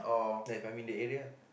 like I mean the area lah